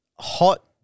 Hot